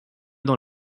dans